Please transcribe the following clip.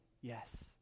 Yes